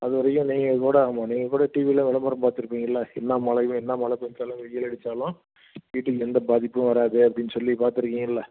அது வரைக்கும் நீங்கள் கூட ஆமாம் நீங்கள் கூட டிவியில் விளம்பரம் பார்த்துருப்பீங்கல்ல என்ன மழையிலும் என்ன மழைப் பேய்ஞ்சாலும் வெயில் அடித்தாலும் வீட்டுக்கு எந்த பாதிப்பும் வராது அப்படின்னு சொல்லி பார்த்துருக்கீங்கல்ல